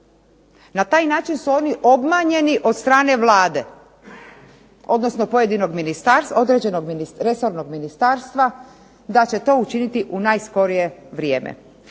Na taj način su oni obmanjeni od strane Vlade, odnosno pojedinog ministarstva, resornog ministarstva da će to učiniti u najskorije vrijeme.